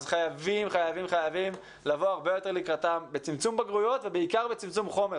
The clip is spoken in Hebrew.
אז חייבים לבוא הרבה יותר לקראתם בצמצום בגרויות ובעיקר בצמצום חומר.